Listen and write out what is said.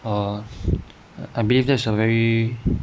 err I believe that's a very